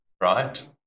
right